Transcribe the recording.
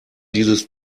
dieses